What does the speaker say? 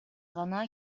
гана